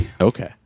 Okay